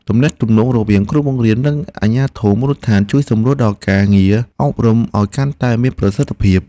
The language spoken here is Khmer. ទំនាក់ទំនងរវាងគ្រូបង្រៀននិងអាជ្ញាធរមូលដ្ឋានជួយសម្រួលដល់ការងារអប់រំឱ្យកាន់តែមានប្រសិទ្ធភាព។